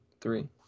three